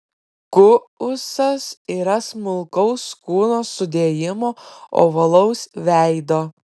kuusas yra smulkaus kūno sudėjimo ovalaus veido